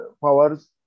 powers